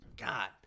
God